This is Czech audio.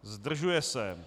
Zdržuje se.